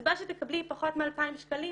והקצבה שתקבלי היא פחות מ-2,000 שקלים,